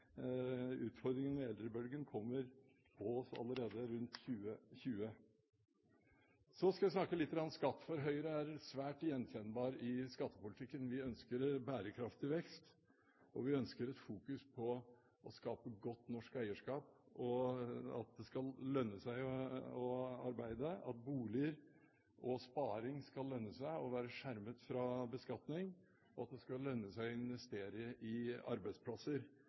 Utfordringene i forbindelse med eldrebølgen kommer på oss allerede rundt 2020. Så skal jeg snakke litt om skatt, for Høyre er svært gjenkjennbar i skattepolitikken. Vi ønsker bærekraftig vekst. Vi ønsker fokus på å skape godt norsk eierskap, at det skal lønne seg å arbeide, at boliger og sparing skal lønne seg og være skjermet fra beskatning, og at det skal lønne seg å investere i arbeidsplasser.